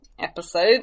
episode